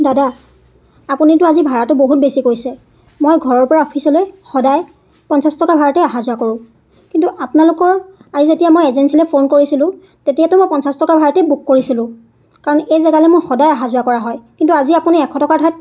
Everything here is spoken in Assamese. দাদা আপুনিতো আজি ভাড়াটো বহুত বেছি কৈছে মই ঘৰৰ পৰা অফিচলৈ সদায় পঞ্চাছ টকা ভাড়াতে অহা যোৱা কৰোঁ কিন্তু আপোনালোকৰ আজি যেতিয়া মই এজেঞ্চিলৈ ফোন কৰিছিলোঁ তেতিয়াতো মই পঞ্চাছ টকা ভাড়াতেই বুক কৰিছিলোঁ কাৰণ এই জেগালৈ মোৰ সদায় অহা যোৱা কৰা হয় কিন্তু আজি আপুনি এশ টকাৰ ঠাইত